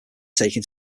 taking